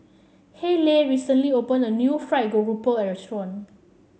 Hayleigh recently opened a new fried grouper restaurant